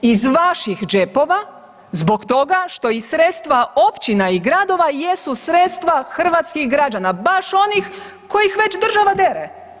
Iz vaših džepova zbog toga što i sredstva općina i gradova jesu sredstva hrvatskih građana, baš onih kojih već država dere.